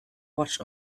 watch